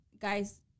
guys